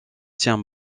tient